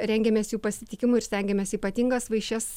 rengiamės jų pasitikimui ir stengiamės ypatingas vaišes